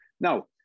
Now